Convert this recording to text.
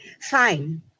Fine